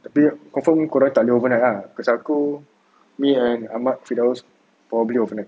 tapi confirm korang tak overnight ah cause aku me and ahmad firdaus probably overnight